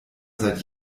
seit